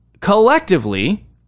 collectively